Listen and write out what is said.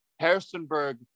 Harrisonburg